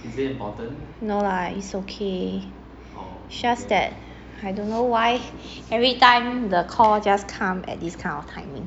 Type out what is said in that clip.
marcia right marcia